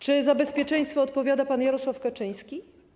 Czy za bezpieczeństwo odpowiada pan Jarosław Kaczyński?